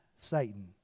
Satan